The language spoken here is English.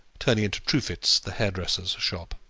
turning into truefit's, the hairdresser's, shop.